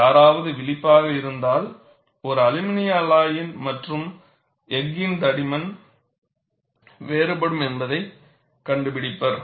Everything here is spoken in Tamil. யாராவது விழிப்பாக இருந்தால் ஒரு அலுமினிய அலாயின் மற்றும் எஃகு - ன் தடிமன் வேறுபடும் என்பதை கண்டுப்பிடித்திருப்பர்